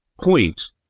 point